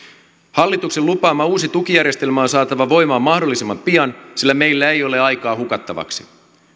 hallituksen lupaama uusi tukijärjestelmä on saatava voimaan mahdollisimman pian sillä meillä ei ole aikaa hukattavaksi